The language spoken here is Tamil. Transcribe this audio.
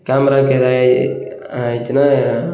கேமராக்கு எதா ஆயிடிச்சுன்னா